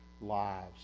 lives